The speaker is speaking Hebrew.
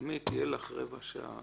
עמית, יהיה לך רבע שעה.